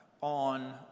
on